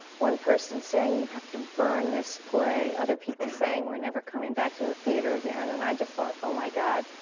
one person saying, you have to burn this play! other people saying, we're never coming back to the theatre again! and i just thought, oh, my god!